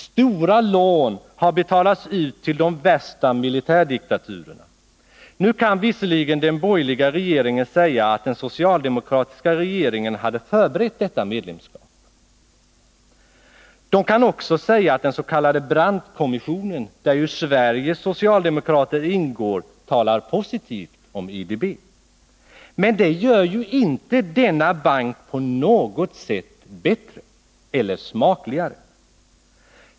Stora lån har betalats ut till de värsta militärdiktaturerna. Nu kan den borgerliga regeringen visserligen säga att den socialdemokratiska regeringen hade förberett detta medlemskap. Man kan också invända att den s.k. Brandtkommissionen, där ju Sveriges socialdemokrater ingår, talar positivt om IDB. Men det gör inte denna bank på något sätt smakligare.